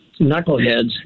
knuckleheads